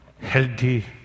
healthy